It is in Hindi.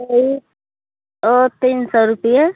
यही ओ तीन सौ रुपिया